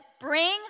bring